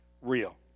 real